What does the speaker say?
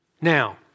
Now